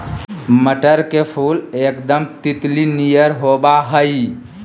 मटर के फुल एकदम तितली नियर होबा हइ